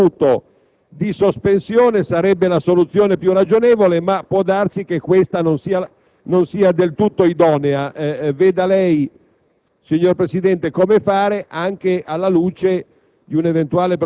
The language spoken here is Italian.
ho potuto prendere in esame. Forse qualche minuto di sospensione potrebbe essere la soluzione più ragionevole, ma può darsi che questa non sia del tutto idonea. Veda lei,